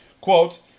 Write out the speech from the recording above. Quote